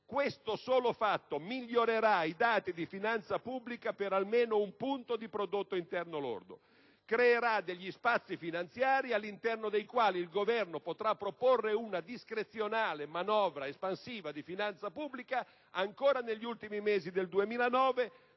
questo punto - migliorerà i dati di finanza pubblica per almeno un punto di prodotto interno lordo. Creerà degli spazi finanziari all'interno dei quali il Governo potrà proporre una discrezionale manovra espansiva di finanza pubblica ancora negli ultimi mesi del 2009,